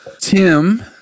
Tim